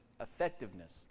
effectiveness